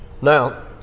Now